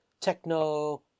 techno